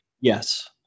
Yes